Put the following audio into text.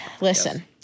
listen